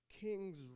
kings